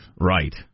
Right